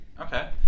Okay